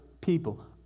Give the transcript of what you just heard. people